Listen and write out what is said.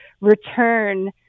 return